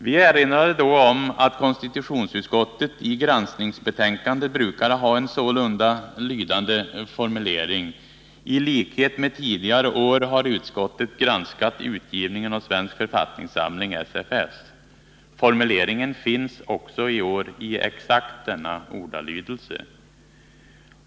Vi erinrade om att konstitutionsutskottet i granskningsbetänkandet brukar ha en sålunda lydande formulering: ”I likhet med tidigare år har utskottet granskat utgivningen av Svensk författningssamling .” Formuleringen finns också i år i exakt denna ordalydelse.